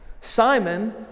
Simon